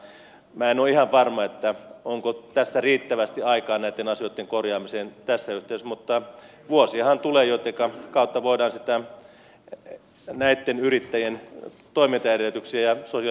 minä en ole ihan varma onko tässä riittävästi aikaa näitten asioitten korjaamiseen tässä yhteydessä mutta vuosiahan tulee joittenka kautta voidaan näitten yrittäjien toimintaedellytyksiä ja sosiaaliturvaa parantaa